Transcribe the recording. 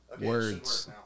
words